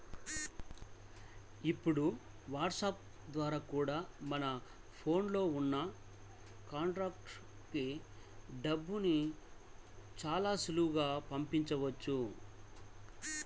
ఇప్పుడు వాట్సాప్ ద్వారా కూడా మన ఫోన్ లో ఉన్న కాంటాక్ట్స్ కి డబ్బుని చాలా సులభంగా పంపించవచ్చు